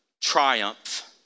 Triumph